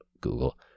Google